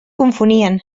confonien